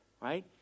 Right